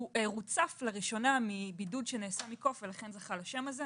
הוא רוצף לראשונה מבידוד שנעשה מקוף ולכן השם הזה.